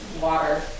water